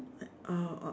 uh